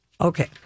Okay